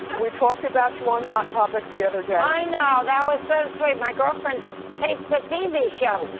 we talked about you on hot topics the other day. i know that was so sweet my girlfriend taped the tv show.